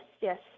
yes